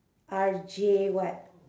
R_J what